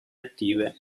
attive